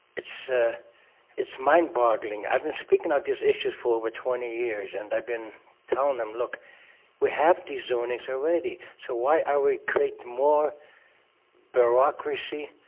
it's ah it's mind-boggling. i've been speaking on these issues for over twenty years, and i've been telling em, looks we have these zonings already, so why are we create more bureaucracy,